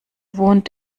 wohnt